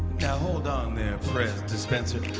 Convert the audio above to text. now, hold on there, prez dispenser.